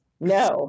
No